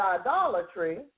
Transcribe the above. idolatry